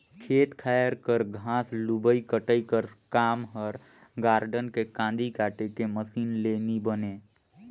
खेत खाएर कर घांस लुबई कटई कर काम हर गारडन के कांदी काटे के मसीन ले नी बने